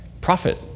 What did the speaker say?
profit